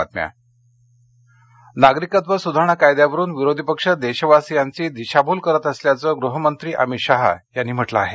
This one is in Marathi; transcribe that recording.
शहा नागरिकत्व सुधारणा विधेयकावरून विरोधी पक्ष देशवासीयांची दिशाभूल करत असल्याचं गृहमंत्री अमित शहा यांनी म्हटलं आहे